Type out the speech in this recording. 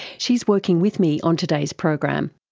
she's working with me on today's program.